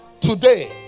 Today